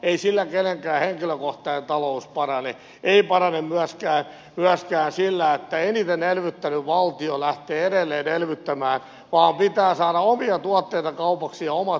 ei sillä kenenkään henkilökohtainen talous parane ei parane myöskään sillä että eniten elvyttänyt valtio lähtee edelleen elvyttämään vaan pitää saada omia tuotteita kaupaksi ja oma työ kilpailukykyiseksi